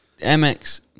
MX